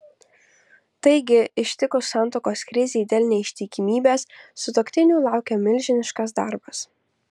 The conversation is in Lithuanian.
taigi ištikus santuokos krizei dėl neištikimybės sutuoktinių laukia milžiniškas darbas